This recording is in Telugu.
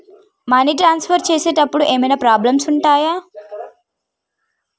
మనీ ట్రాన్స్ఫర్ చేసేటప్పుడు ఏమైనా ప్రాబ్లమ్స్ ఉంటయా?